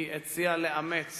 היא הציעה לאמץ